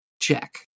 Check